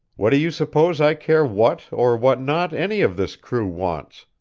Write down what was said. what do you suppose i care what, or what not, any of this crew wants?